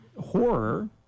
Horror